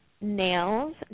nails